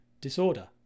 disorder